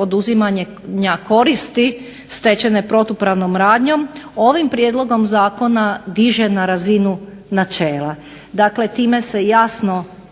oduzimanja koristi stečene protupravnom radnjom, ovim prijedlogom zakona diže na razinu načela. Dakle, time se jasno